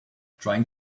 trying